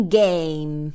game